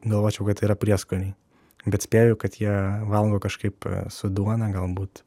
galvočiau kad tai yra prieskoniai bet spėju kad jie valgo kažkaip su duona galbūt